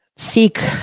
seek